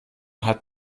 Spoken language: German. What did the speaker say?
hat